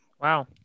Wow